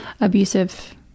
abusive